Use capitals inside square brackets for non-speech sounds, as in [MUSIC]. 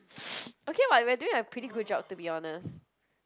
[NOISE] okay [what] we're doing a pretty good job to be honest